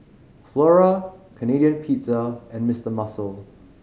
Flora Canadian Pizza and Mister Muscle